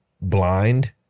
blind